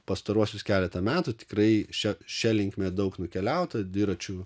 pastaruosius keletą metų tikrai šia šia linkme daug nukeliauta dviračių